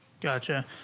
Gotcha